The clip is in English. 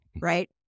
right